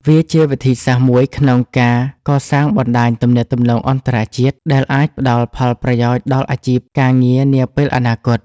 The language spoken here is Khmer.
វាជាវិធីសាស្ត្រមួយក្នុងការកសាងបណ្ដាញទំនាក់ទំនងអន្តរជាតិ ដែលអាចផ្ដល់ផលប្រយោជន៍ដល់អាជីពការងារនាពេលអនាគត។